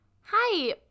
Hi